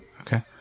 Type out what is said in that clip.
Okay